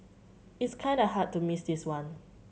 it's kinda hard to miss this one